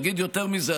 אני אגיד יותר מזה,